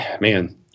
man